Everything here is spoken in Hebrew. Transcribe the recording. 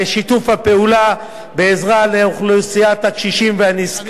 הפעולה בעזרה לאוכלוסיית הקשישים והנזקקים.